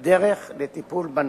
על דרך לטיפול בנושא.